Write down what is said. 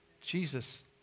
Jesus